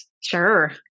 Sure